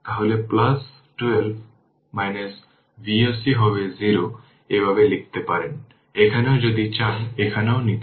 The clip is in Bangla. সুতরাং এটি বিলম্বিত হয় তাই এটি এভাবে তৈরি করা হয় যদি এই জিনিসটি হয় i 3 এবং এটি i 3 এবং এটি 1